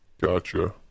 Gotcha